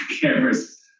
cameras